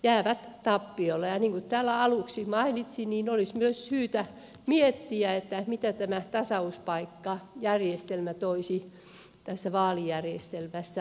niin kuin täällä aluksi mainitsin olisi myös syytä miettiä mitä tämä tasauspaikkajärjestelmä toisi tässä vaalijärjestelmässä